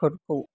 फोरखौ